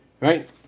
right